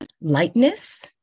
lightness